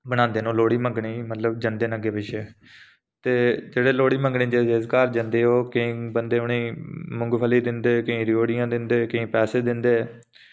ओह् गाइयै लोह्ड़ी दा ध्यार जेह्ड़े ऐ ओह् मनांदे न ओह् लोह्ड़ी मंगने गी जंदे न ते लोह्ड़ी मंगने गी ओह् जिस घर जंदे केईं लोक उ'नेंगी मूंगफली दिंदे केईं पैसे दिंदे